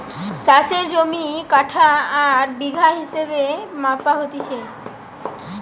চাষের জমি কাঠা আর বিঘা হিসেবে মাপা হতিছে